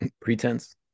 Pretense